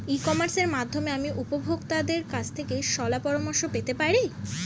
ই কমার্সের মাধ্যমে আমি উপভোগতাদের কাছ থেকে শলাপরামর্শ পেতে পারি?